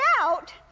out